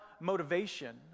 motivation